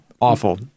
awful